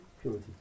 purity